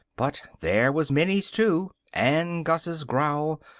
but there was minnie's too, and gus's growl,